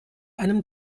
einem